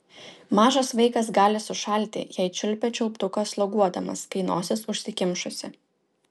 mažas vaikas gali sušalti jei čiulpia čiulptuką sloguodamas kai nosis užsikimšusi